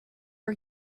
are